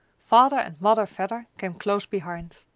father and mother vedder came close behind.